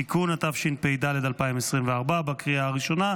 (תיקון), התשפ"ד 2024, לקריאה הראשונה.